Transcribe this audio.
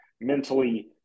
mentally